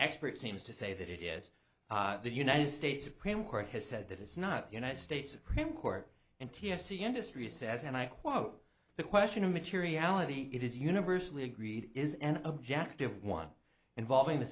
seems to say that it is the united states supreme court has said that it's not the united states supreme court and t f c industry says and i quote the question of materiality it is universally agreed is an objective one involving the